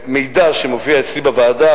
מידע שמופיע אצלי בוועדה,